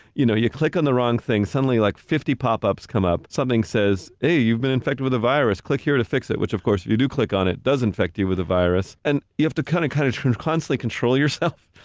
you know, you click on the wrong thing, suddenly like fifty pop-ups come up, something says, hey, you've been infected with a virus, click here to fix it, which of course, if you do click on, it does infect you with a virus, and you have to kind of kind of and of constantly control yourself.